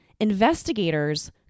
investigators